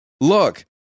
look